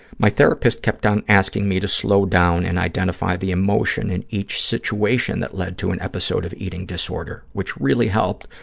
my therapist kept on asking me to slow down and identify the emotion in each situation that led to an episode of eating disorder, which really helped,